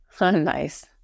Nice